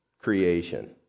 creation